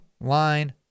line